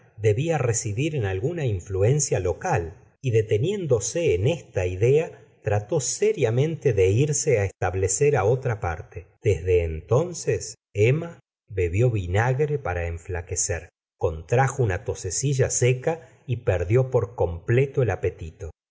debía residir en alguna influencia y deteniéndose gustavo flaubert esta idea trató sériamente de irse á establecer á otra parte desde entonces emma bebió vinagre para enflaquecer contrajo una tosecita seca y perdió por completo el apetito